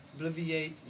Obliviate